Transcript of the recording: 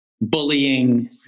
bullying